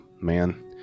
Man